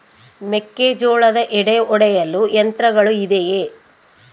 ಮೆಕ್ಕೆಜೋಳದ ಎಡೆ ಒಡೆಯಲು ಯಂತ್ರಗಳು ಇದೆಯೆ?